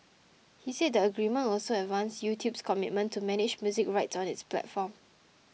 he said the agreement also advanced YouTube's commitment to manage music rights on its platform